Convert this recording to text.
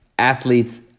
athletes